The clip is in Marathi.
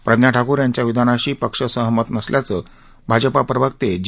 प्रज्ञा ठाकूर यांच्या विधानाशी पक्ष सहमत नसल्याचं भाजपा प्रवक्ते जी